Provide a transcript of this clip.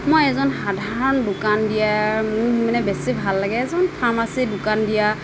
মই এজন সাধাৰণ দোকান দিয়া মোৰ মানে বেছি ভাল লাগে এজন ফাৰ্মাচী দোকান দিয়া